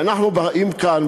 ואנחנו באים כאן,